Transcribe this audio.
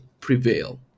prevail